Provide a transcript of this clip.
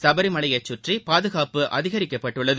சபரிமலையை சுற்றி பாதுகாப்பு அதிகரிக்கப்பட்டுள்ளது